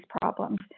problems